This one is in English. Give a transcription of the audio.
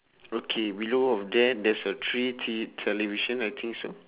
okay below of that there's a three te~ television I think so